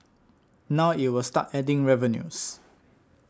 now it will start adding revenues